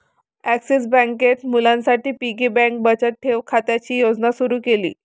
axis बँकेत मुलांसाठी piggy bank बचत ठेव खात्याची योजना सुरू केली